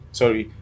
sorry